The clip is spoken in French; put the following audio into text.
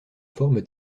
forme